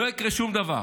לא יקרה שום דבר.